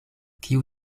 kiu